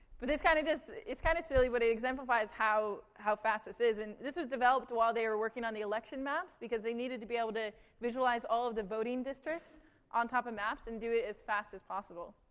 but this kind of kinda it's kind of silly, but it exemplifies how how fast this is. and this was developed while they were working on the election maps, because they needed to be able to visualize all of the voting districts on top of maps and do it as fast as possible.